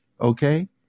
okay